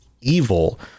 evil